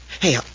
Hey